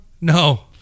No